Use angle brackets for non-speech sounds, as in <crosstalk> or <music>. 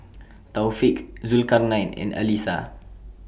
<noise> Taufik Zulkarnain and Alyssa